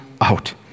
out